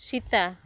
Sita